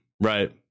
right